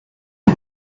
you